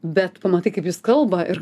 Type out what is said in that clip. bet pamatai kaip jis kalba ir